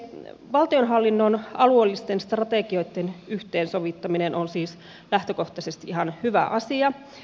valtionhallinnon alueellisten strategioitten yhteensovittaminen on siis lähtökohtaisesti ihan hyvä asia